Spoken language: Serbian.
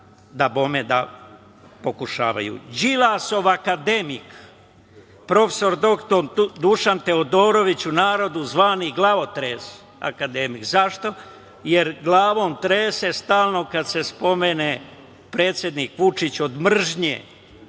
Dabogme da pokušavaju i danas. Đilasov akademik prof. dr Dušan Teodorović, u narodu zvani glavotres, akademik. Zašto? Jer glavom trese stalno kad se spomene predsednik Vučić, od mržnje,